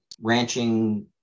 ranching